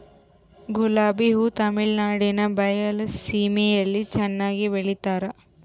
ಗುಲಾಬಿ ಹೂ ತಮಿಳುನಾಡಿನ ಬಯಲು ಸೀಮೆಯಲ್ಲಿ ಚೆನ್ನಾಗಿ ಬೆಳಿತಾರ